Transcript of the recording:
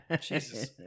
Jesus